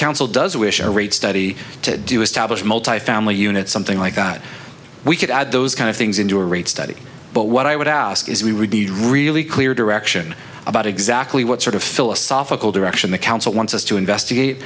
council does wish our rate study to do establish multifamily units something like that we could add those kind of things into a rate study but what i would ask is we would be really clear direction about exactly what sort of philosophical direction the council wants us to investigate